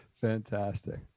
Fantastic